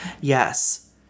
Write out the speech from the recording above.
Yes